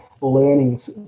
learnings